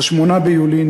8 ביולי,